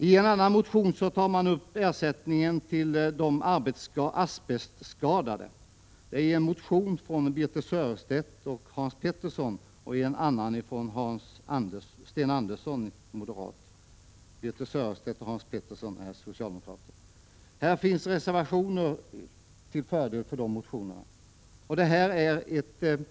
Ersättningen till de asbestskadade upptas i två motioner, den ena av socialdemokraterna Birthe Sörestedt och Hans Pettersson i Helsingborg och den andra av moderaten Sten Andersson i Malmö. Det har också avgivits reservationer till förmån för dessa motioner.